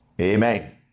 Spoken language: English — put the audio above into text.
Amen